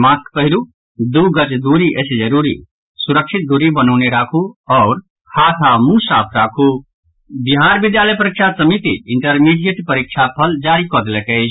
mask पहिरू दू गज दूरी अछि जरूरी सुरक्षित दूरी बनौने राखु हाथ आओर मुंह साफ राखु बिहार विद्यालय परीक्षा समिति इंटरमीडिएट परीक्षा फल जारी कऽ देलक अछि